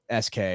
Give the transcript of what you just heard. SK